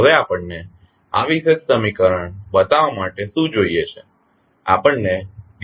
હવે આપણને આ વિશેષ સમીકરણ બતાવવા માટે શું જોઈએ છે આપણને d id t જોઇશે